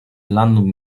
landung